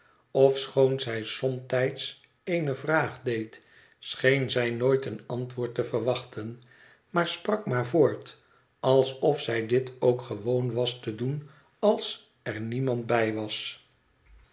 ofschoon zij somtijds eene vraag deed scheen zij nooit een antwoord te verwachten maar sprak maar voort alsof zij dit ook gewoon was te doen als er niemand bij was